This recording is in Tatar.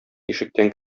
ишектән